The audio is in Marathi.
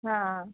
हां